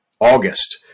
August